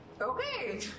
Okay